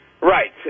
Right